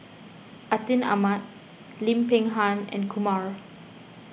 Atin Amat Lim Peng Han and Kumar